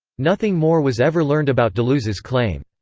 nothing more was ever learned about deluse's claim.